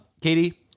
Katie